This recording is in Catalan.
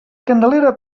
candelera